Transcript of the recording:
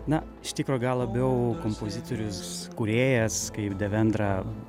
na iš tikro gal labiau kompozitorius kūrėjas kaip devendra